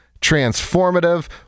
transformative